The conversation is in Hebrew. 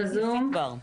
כי בדרך כלל אומרים